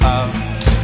out